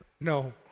No